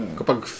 kapag